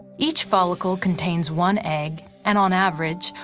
each follicle contains one egg, and on average,